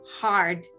hard